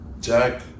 Jack